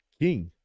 king